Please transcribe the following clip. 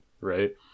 right